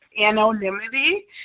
anonymity